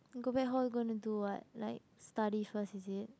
you go back hall gonna do what like study first is it